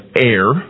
air